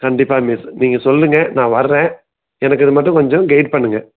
கண்டிப்பா மிஸ் நீங்கள் சொல்லுங்கள் நான் வர்றேன் எனக்கு இதை மட்டும் கொஞ்சம் கெயிட் பண்ணுங்கள்